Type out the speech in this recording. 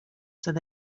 said